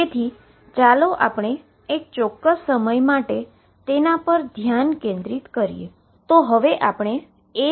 તેથીચાલો આપણે એક ચોક્કસ સમય માટે તેના પર ધ્યાન કેન્દ્રિત કરીએ